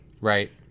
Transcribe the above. Right